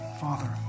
Father